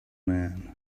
man